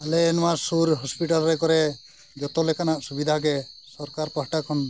ᱟᱞᱮ ᱱᱚᱣᱟ ᱥᱩᱨ ᱨᱮ ᱠᱚᱨᱮ ᱡᱚᱛᱚ ᱞᱮᱠᱟᱱᱟᱜ ᱥᱩᱵᱤᱫᱷᱟ ᱜᱮ ᱥᱚᱨᱠᱟᱨ ᱯᱟᱦᱴᱟ ᱠᱷᱚᱱ